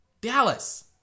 Dallas